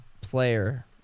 player